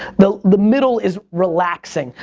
the the middle is relaxing.